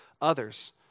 others